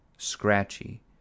scratchy